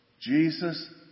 Jesus